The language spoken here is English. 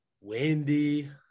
Windy